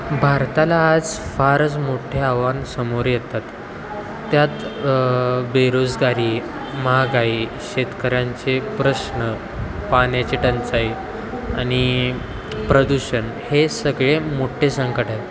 भारताला आज फारच मोठ्ठे आव्हान समोर येतात त्यात बेरोजगारी महागाई शेतकऱ्यांचे प्रश्न पाण्याची टंचाई आणि प्रदूषण हे सगळे मोठे संकट आहेत